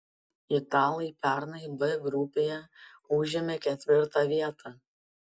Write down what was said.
italai pernai b grupėje užėmė ketvirtą vietą